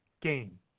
game